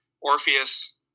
orpheus